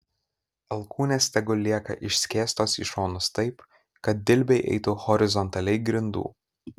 alkūnės tegul lieka išskėstos į šonus taip kad dilbiai eitų horizontaliai grindų